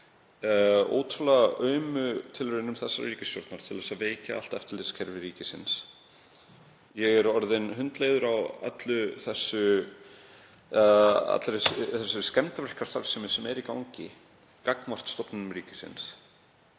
ótrúlega aumum tilraunum þessarar ríkisstjórnar til að veikja allt eftirlitskerfi ríkisins. Ég er orðinn hundleiður á allri þessari skemmdarverkastarfsemi sem er í gangi gagnvart stofnunum ríkisins